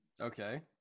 Okay